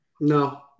no